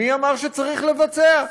מי אמר שצריך לבצע?